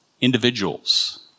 individuals